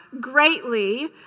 greatly